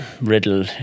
riddle